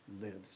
lives